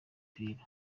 kibuga